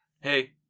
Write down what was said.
Hey